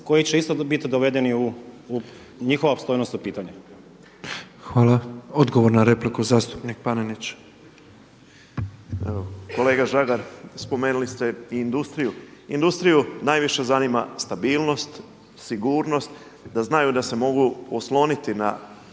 koji će isto biti dovedeni u njihova je opstojnost u pitanju. **Petrov, Božo (MOST)** Hvala. Odgovor na repliku zastupnik Panenić. **Panenić, Tomislav (MOST)** Kolega Žagar, spomenuli ste industriju, industriju najviše zanima stabilnost, sigurnost, da znaju da se mogu osloniti na